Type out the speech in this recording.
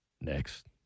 Next